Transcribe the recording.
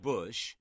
Bush